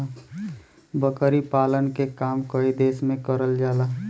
बकरी पालन के काम कई देस में करल जाला